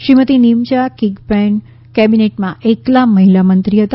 શ્રીમતી નિમયા કિગપેન કેબિનેટમાં એકલા મહિલામંત્રી હતા